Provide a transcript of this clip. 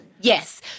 Yes